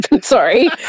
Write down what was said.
Sorry